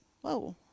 whoa